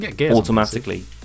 automatically